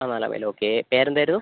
ആ നാലാം mile okay പേരെന്തായിരുന്നു